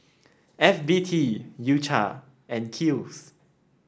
F B T U Cha and Kiehl's